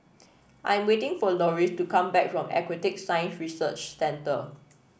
I am waiting for Loris to come back from Aquatic Science Research Centre